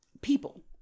people